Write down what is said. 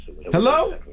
Hello